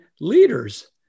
leaders